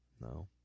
No